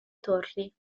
torri